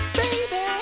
baby